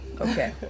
okay